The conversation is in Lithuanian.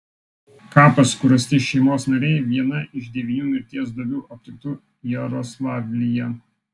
kapas kur rasti šeimos nariai viena iš devynių mirties duobių aptiktų jaroslavlyje